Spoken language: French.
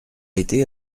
été